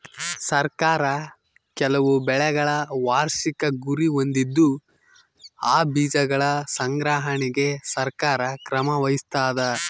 ಸರ್ಕಾರ ಕೆಲವು ಬೆಳೆಗಳ ವಾರ್ಷಿಕ ಗುರಿ ಹೊಂದಿದ್ದು ಆ ಬೀಜಗಳ ಸಂಗ್ರಹಣೆಗೆ ಸರ್ಕಾರ ಕ್ರಮ ವಹಿಸ್ತಾದ